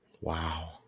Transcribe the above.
Wow